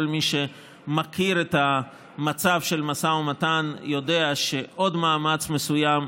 כל מי שמכיר את המצב של משא ומתן יודע שעוד מאמץ מסוים,